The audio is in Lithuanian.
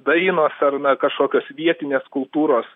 dainos ar na kažkokios vietinės kultūros